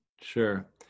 Sure